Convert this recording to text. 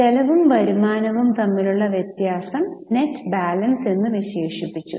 ചെലവും വരുമാനവും തമ്മിലുള്ള വ്യത്യാസം നെറ്റ് ബാലൻസ് എന്ന് വിശേഷിപ്പിച്ചു